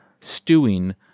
stewing